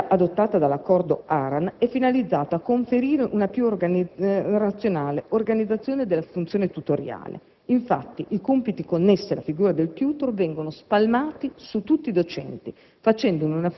La scelta adottata dall'accordo ARAN è finalizzata a conferire una più razionale organizzazione della funzione tutoriale. Infatti, i compiti connessi alla figura del *tutor* vengono spalmati su tutti i docenti,